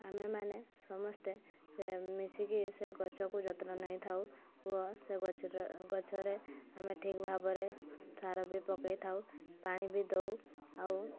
ଆମେମାନେ ସମସ୍ତେ ମିଶିକି ସେ ଗଛକୁ ଯତ୍ନ ନେଇଥାଉ ଓ ସେ ଗଛରେ ଗଛରେ ଆମେ ଠିକ୍ ଭାବରେ ସାର ବି ପକାଇଥାଉ ପାଣି ବି ଦଉ ଆଉ